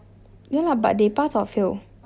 yeah lah but they pass or fail